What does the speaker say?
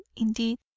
indeed